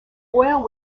boyle